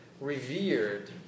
revered